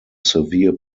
severe